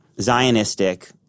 Zionistic